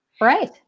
Right